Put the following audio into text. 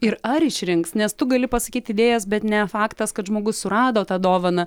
ir ar išrinks nes tu gali pasakyt idėjas bet ne faktas kad žmogus surado tą dovaną